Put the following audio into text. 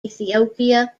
ethiopia